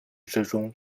之中